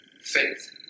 faith